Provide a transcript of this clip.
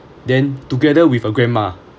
then together with a grandma